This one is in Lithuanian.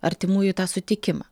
artimųjų tą sutikimą